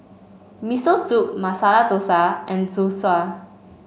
Miso Soup Masala Dosa and Zosui